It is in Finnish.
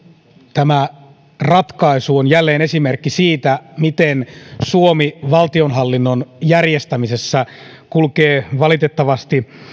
tämä ratkaisu on jälleen esimerkki siitä miten suomi valtionhallinnon järjestämisessä kulkee valitettavasti